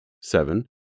seven